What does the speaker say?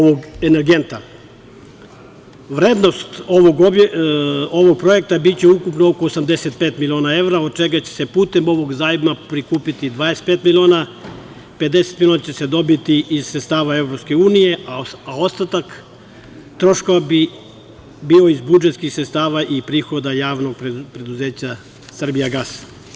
Vrednost ovog projekta biće oko 85 miliona evra, a od čega će se putem ovog zajma prikupiti 25 miliona evra, 50 miliona će se dobiti iz sredstava EU, a ostatak troškova bi bio iz budžetskih sredstava i prihoda Javnog preduzeća Srbijagas.